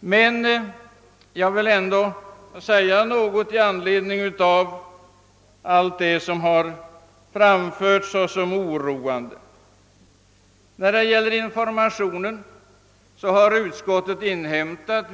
Men jag vill ändå yttra mig något om det som anförts som oroande faktorer. Beträffande informationen har utskottet inhämtat